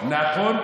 נכון.